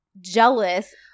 jealous